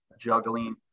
juggling